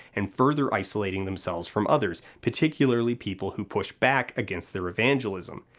and further isolating themselves from others, particularly people who push back against their evangelism.